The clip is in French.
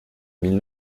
mille